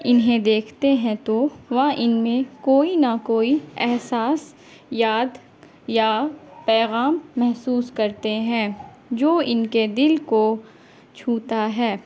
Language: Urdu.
انہیں دیکھتے ہیں تو وہ ان میں کوئی نہ کوئی احساس یاد یا پیغام محسوس کرتے ہیں جو ان کے دل کو چھوتا ہے